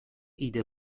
عید